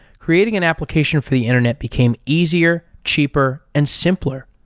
creating an application for the internet became easier, cheaper and simpler.